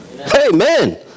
Amen